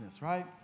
right